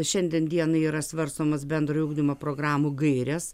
šiandien dienai yra svarstomas bendrojo ugdymo programų gairės